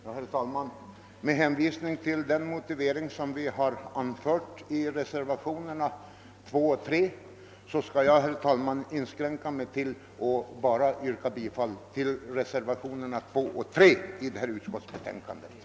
Herr talman! Med hänsyn till den motivering vi har anfört i reservationerna 2 och 3 vid detta utskottsbetänkande skall jag inskränka mig till att yrka bifall till dessa reservationer.